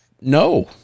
No